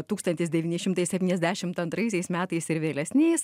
tūkstantis devyni šimtai septyniasdešimt antraisiais metais ir vėlesniais